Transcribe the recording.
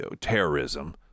terrorism